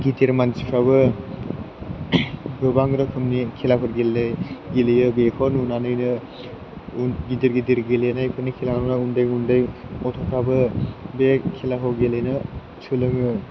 गिदिर मानसिफ्राबो गोबां रोखोमनि खेलाफोर गेले गेलेयो बेखौ नुनानैनो उन गिदिर गिदिर गेलेनायफोरनि नुनानै उन्दै उन्दै गथ'फ्राबो बे खेलाखौ गेलेनो सोलोङो